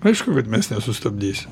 aišku kad mes nesustabdysim